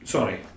Sorry